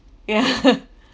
yeah